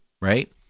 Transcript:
right